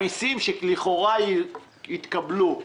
המיסים שלכאורה יתקבלו,